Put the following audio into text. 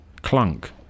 Clunk